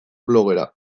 blogera